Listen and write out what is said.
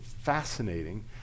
fascinating